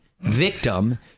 victim